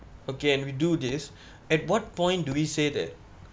okay when we do this at what point do we say that